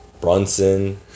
Brunson